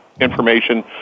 information